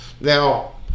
now